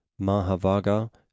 Mahavaga